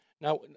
now